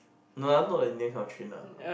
no lah I'm not like Indian kind of train lah